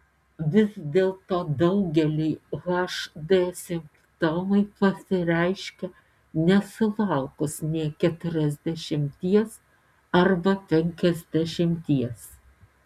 vis dėlto daugeliui hd simptomai pasireiškia nesulaukus nė keturiasdešimties arba penkiasdešimties